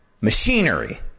machinery